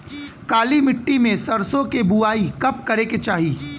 काली मिट्टी में सरसों के बुआई कब करे के चाही?